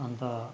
अन्त